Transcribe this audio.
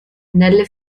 nelle